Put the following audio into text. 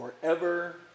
forever